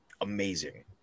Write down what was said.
amazing